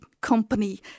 company